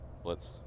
Blitz